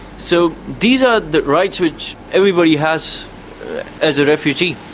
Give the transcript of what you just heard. so these are the rights which everybody has as a refugee.